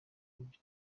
buryo